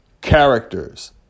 characters